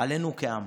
עלינו כעם?